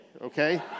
Okay